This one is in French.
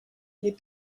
les